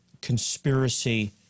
conspiracy